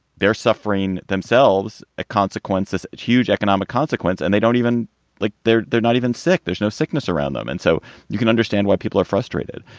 they are suffering themselves a consequence, this huge economic consequence. and they don't even like they're they're not even sick. there's no sickness around them. and so you can understand why people are frustrated.